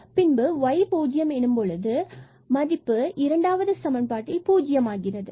எனவே பின்பு y0 எனும்பொழுது x மதிப்பு இரண்டாவது சமன்பாட்டில் 0 ஆகிறது